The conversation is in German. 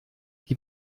die